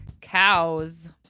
cows